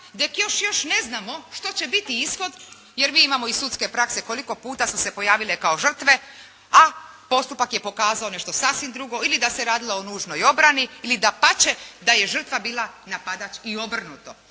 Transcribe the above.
gdje joj ne znamo što će biti ishod, jer mi imamo iz sudske prakse koliko puta su se pojavile kao žrtve, a postupak je pokazao nešto sasvim drugo, ili da se radilo o nužnoj obrani, ili dapače da je žrtva bila napadač i obrnuto,